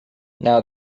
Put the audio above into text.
now